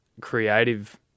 creative